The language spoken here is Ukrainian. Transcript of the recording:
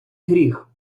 гріх